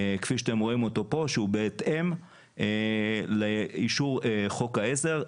כפי שאתם רואים פה, שהוא בהתאם לאישור חוק העזר.